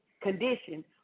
condition